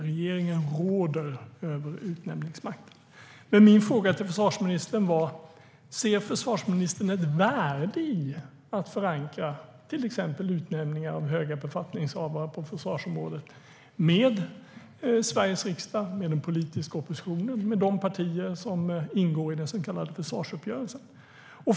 Regeringen råder över utnämningsmakten. Min fråga till försvarsministern var: Ser försvarsministern ett värde i att förankra till exempel utnämningar av höga befattningshavare på försvarsområdet med Sveriges riksdag, den politiska oppositionen och de partier som ingår i den så kallade försvarsuppgörelsen?